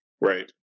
Right